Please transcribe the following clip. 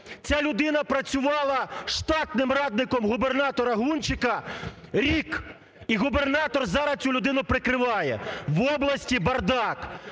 Ця людина працювала штатним радником губернатора Гунчика рік і губернатор зараз цю людину прикриває, в області бардак.